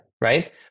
right